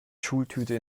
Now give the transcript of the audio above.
schultüte